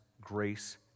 grace